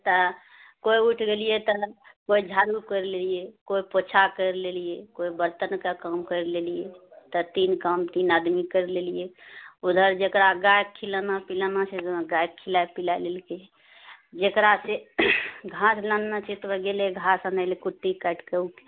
तऽ कोइ उठि गेलिऐ तऽ कोइ झाड़ू करि लेलिऐ कोइ पोछा करि लेलिऐ कोइ बर्तन कऽ काम कैर लेलियै तऽ तीन काम तीन आदमी करि लेलिऐ उधर जकरा गायकेँ खिलाना पिलाना छै गायकेँ खिलाए पीलाए लेलकै जकरा घास लाननो छै तऽ कोइ गेलै घास आनए लऽ कुट्टी काटिकेँ